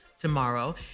tomorrow